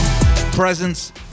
Presence